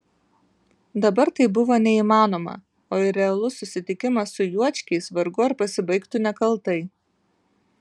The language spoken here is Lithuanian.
dabar tai buvo neįmanoma o ir realus susitikimas su juočkiais vargu ar pasibaigtų nekaltai